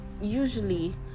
usually